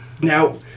Now